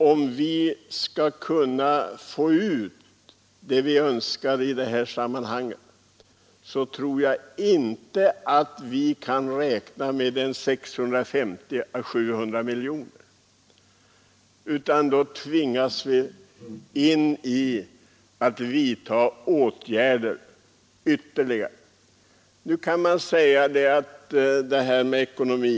Om vi skall få ut vad vi önskar av tandvårdsförsäkringsreformen tror jag inte att vi kan räkna med att försäkringskassornas kostnader för tandvårdsersättningar för år 1974 blir 650—700 miljoner kronor, utan då tvingas vi att betala ytterligare kostnader.